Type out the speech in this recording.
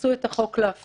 שאימצו את החוק להפללה,